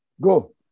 go